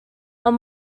are